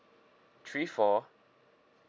three four